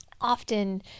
often